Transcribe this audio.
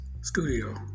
Studio